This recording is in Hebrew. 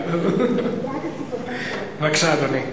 בבקשה, אדוני.